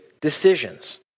decisions